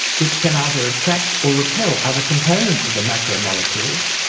which can either attract or repel other components of the macromolecules,